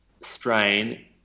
strain